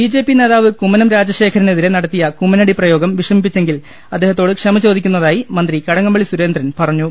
BJP നേതാവ് കുമ്മനം രാജശേഖരനെതിരെ നടത്തിയ കുമ്മനടി പ്രയോഗം വിഷമിപ്പിച്ചെങ്കിൽ അദ്ദേഹത്തോട് ക്ഷമ ചോദിക്കുന്നതായി മന്ത്രി കടകംപള്ളി സുരേ ന്ദ്രൻ പറഞ്ഞു